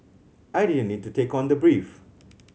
I didn't need to take on the brief